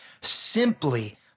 simply